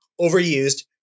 overused